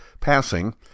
passing